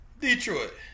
Detroit